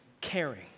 caring